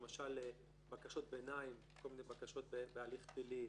למשל בקשות ביניים, כל מיני בקשות בהליך פלילי,